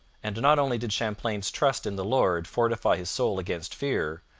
and not only did champlain's trust in the lord fortify his soul against fear,